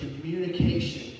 communication